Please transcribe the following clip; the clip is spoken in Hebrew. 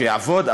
שיעבוד,